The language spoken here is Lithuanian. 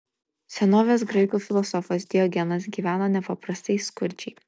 senovės graikų filosofas diogenas gyveno nepaprastai skurdžiai